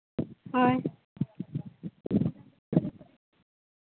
ᱦᱮᱸ